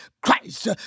Christ